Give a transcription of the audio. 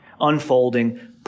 unfolding